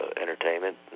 entertainment